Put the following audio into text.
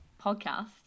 podcast